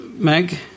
Meg